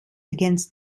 against